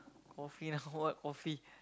coffee now what coffee